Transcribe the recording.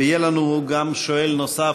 יהיה לנו גם שואל נוסף,